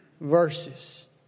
verses